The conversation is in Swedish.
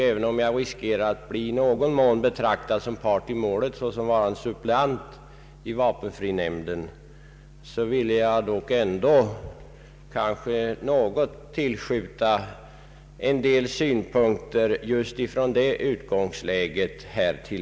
Även om jag riskerar att i någon mån bli betraktad som part i målet, i egenskap av suppleant i vapenfrinämnden, vill jag ändå tillföra debatten några synpunkter just från det utgångsläget.